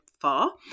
far